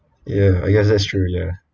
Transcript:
ya I guess that's true ya